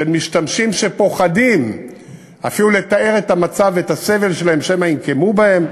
של משתמשים שפוחדים אפילו לתאר את המצב ואת הסבל שלהם שמא ינקמו בהם.